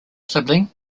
sibling